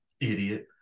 Idiot